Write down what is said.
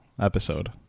episode